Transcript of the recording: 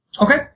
Okay